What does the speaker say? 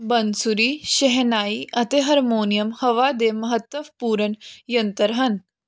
ਬੰਸੂਰੀ ਸ਼ਹਿਨਾਈ ਅਤੇ ਹਰਮੋਨੀਅਮ ਹਵਾ ਦੇ ਮਹੱਤਵਪੂਰਨ ਯੰਤਰ ਹਨ